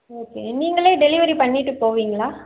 okay நீங்களே delivery பண்ணிவிட்டு போவீங்களா